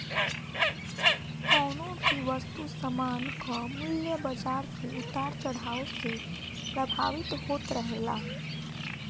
कवनो भी वस्तु सामान कअ मूल्य बाजार के उतार चढ़ाव से प्रभावित होत रहेला